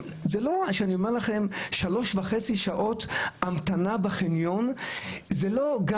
שלוש שעות וחצי המתנה בחניון זה לא רק